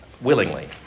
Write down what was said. willingly